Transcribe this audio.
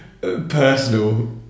personal